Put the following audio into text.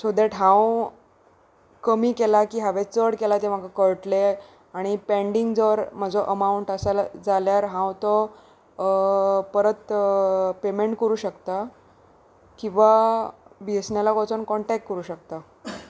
so that हांव कमी केलां की हांवें चड केला तें म्हाका कळटलें आनी पेंडींग जर म्हजो अमावंट आसलो जाल्यार हांव तो परत पेमेंट करूं शकता किंवां बी एस एन लाक वचून कॉन्टेक्ट करूं शकता